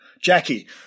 Jackie